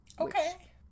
Okay